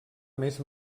més